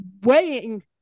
weighing